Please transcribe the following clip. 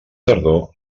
tardor